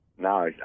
No